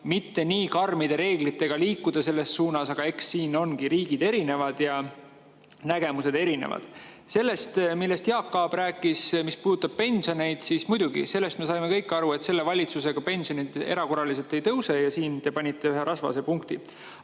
mitte nii karmide reeglitega liikuda selles suunas. Aga eks siin ongi riigid erinevad ja nägemused erinevad. Sellest, millest Jaak Aab rääkis ja mis puudutab pensioneid – muidugi, sellest me saime kõik aru, et selle valitsusega pensionid erakorraliselt ei tõuse. Siin te panite ühe rasvase punkti.